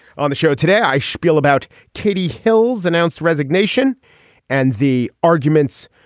on the show today i spiel about katie hill's announced resignation and the arguments